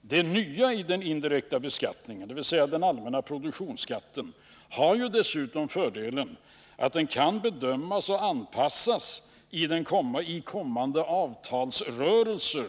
Det nya i den indirekta beskattningen, dvs. den allmänna produktionsskatten, har ju dessutom fördelen att den kan bedömas och anpassas i kommande avtalsrörelser.